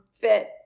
fit